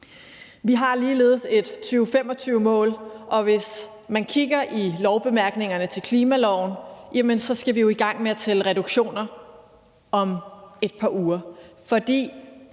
Vi har ligeledes et 2025-mål, og hvis man kigger i bemærkningerne til klimaloven, skal vi jo i gang med at tælle reduktioner om et par uger,